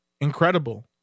Incredible